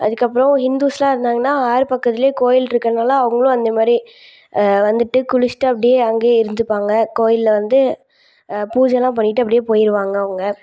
அதுக்கப்புறம் ஹிந்துஸெல்லாம் இருந்தாங்கன்னால் ஆறு பக்கத்துலேயே கோயில் இருக்கிறனால அவங்களும் அந்தமாதிரி வந்துட்டு குளிச்சுட்டு அப்படியே அங்கேயே இருந்துப்பாங்க கோயிலில் வந்து பூஜையெல்லாம் பண்ணிவிட்டு அப்படியே போயிடுவாங்க அவங்க